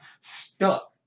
stuck